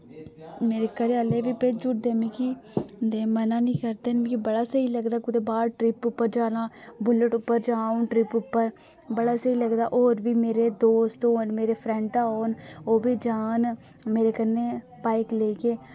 मेरे घरै आह्ले बी भेजुड़दे मिकी ते मना नि करदे न मिकी बड़ा स्हेई लगदा कुतै बाह्र ट्रिप उप्पर जाना बुल्लट उप्पर जां अ'ऊं ट्रिप उप्पर बड़ा स्हेई लगदा और बी मेरे दोस्त होन मेरे फ्रैंडां होन ओह् बी जाह्न मेरे कन्नै बाइक लेइयै